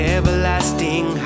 everlasting